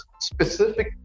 specific